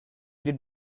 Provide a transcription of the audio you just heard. did